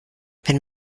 wenn